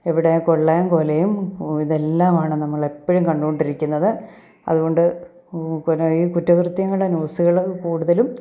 ഇവിടെ കൊള്ളയും കൊലയും ഇതെല്ലാമാണ് നമ്മളെപ്പോഴും കണ്ടു കൊണ്ടിരിക്കുന്നത് അതുകൊണ്ട് പിന്നെ ഈ കുറ്റകൃത്യങ്ങളുടെ ന്യൂസുകൾ കൂടുതലും